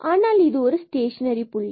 ஆனால் இது ஒரு ஸ்டேஷனரி புள்ளி